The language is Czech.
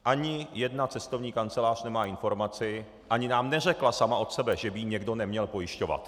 Ani jedna cestovní kancelář nemá informaci ani nám neřekla sama od sebe, že by ji někdo neměl pojišťovat.